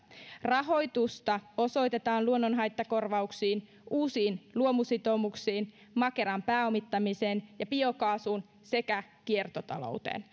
rahoitusta osoitetaan luonnonhaittakorvauksiin uusiin luomusitoumuksiin makeran pääomittamiseen ja biokaasuun sekä kiertotalouteen